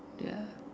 ya